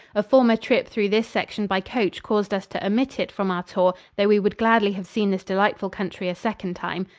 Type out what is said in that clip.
a former trip through this section by coach caused us to omit it from our tour, though we would gladly have seen this delightful country a second time.